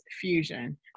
Fusion